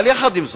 אבל עם זאת,